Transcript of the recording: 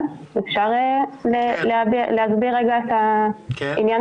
אפשר בבקשה לנסות להסביר את עניין